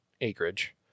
acreage